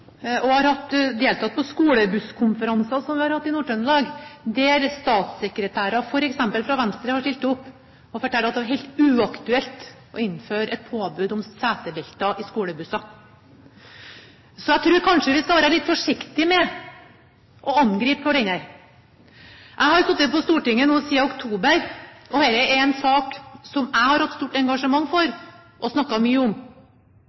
deltatt på skolebusskonferanser som vi har hatt i Nord-Trøndelag, der statssekretærer, f.eks. fra Venstre, har stilt opp og fortalt at det er helt uaktuelt å innføre et påbud om setebelter i skolebusser. Så jeg tror kanskje vi skal være litt forsiktige med å angripe hverandre. Jeg har nå sittet på Stortinget siden oktober, og dette er en sak som jeg har hatt stort engasjement for og snakket mye om,